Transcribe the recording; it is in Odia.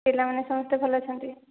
ପିଲାମାନେ ସମସ୍ତେ ଭଲ ଅଛନ୍ତି